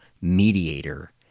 mediator